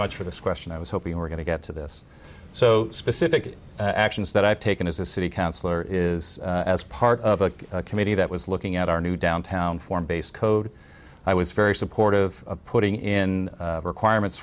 much for this question i was hoping we're going to get to this so specific actions that i've taken as a city councillor is as part of a committee that was looking at our new downtown foreign based code i was very supportive of putting in requirements